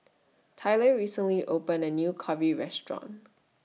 Tylor recently opened A New Curry Restaurant